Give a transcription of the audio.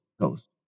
ghost